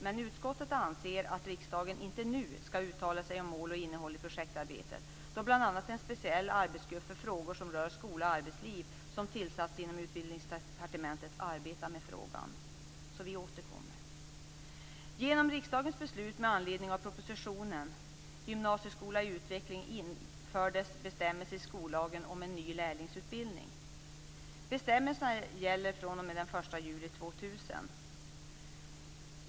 Men utskottet anser att riksdagen inte nu ska uttala sig om mål och innehåll i projektarbetet, eftersom bl.a. en speciell arbetsgrupp för frågor som rör skola och arbetsliv som tillsatts inom Utbildningsdepartementet arbetar med frågan. Vi återkommer alltså. Bestämmelserna gäller fr.o.m. den 1 juli 2000.